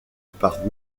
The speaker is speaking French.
par